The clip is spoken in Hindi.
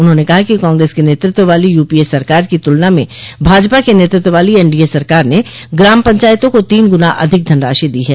उन्होंने कहा कि कांग्रेस के नेतृत्व वाली यूपीए सरकार की तुलना में भाजपा के नेतृत्व वाली एनडीए सरकार ने ग्राम पंचायतों को तीन गुना अधिक धनराशि दी है